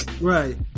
Right